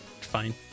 fine